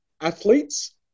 athletes